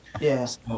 Yes